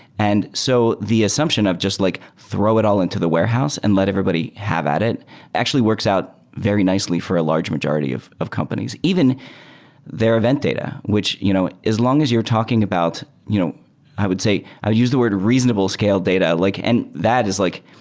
and so the assumption of just like throw it all into the warehouse and let everybody have at it actually works out very nicely for a large majority of of companies even their event data, which you know as long as you're talking about you know i would say, i'd use the word reasonable scale data, like and that is like